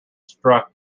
struck